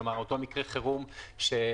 כלומר אותו מקרה חירום שקורה,